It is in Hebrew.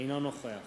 אינו נוכח